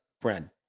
friend